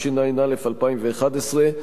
התשע"א 2011,